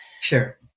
Sure